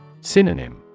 Synonym